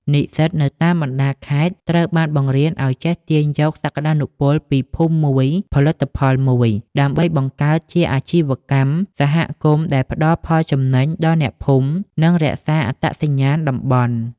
និស្សិតនៅតាមបណ្ដាខេត្តត្រូវបានបង្រៀនឱ្យចេះទាញយកសក្ដានុពលពី "ភូមិមួយ ផលិតផលមួយ" ដើម្បីបង្កើតជាអាជីវកម្មសហគមន៍ដែលផ្ដល់ផលចំណេញដល់អ្នកភូមិ និងរក្សាអត្តសញ្ញាណតំបន់។